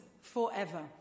forever